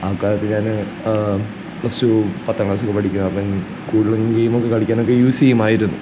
ആ കാലത്ത് ഞാൻ പ്ലസ് ടുവും പത്താം ക്ലാസ്സൊക്കെ പഠിക്കുക അപ്പം കൂടുതലും ഗെയിമൊക്കെ കളിക്കാനൊക്കെ യൂസ് ചെയ്യുമായിരുന്നു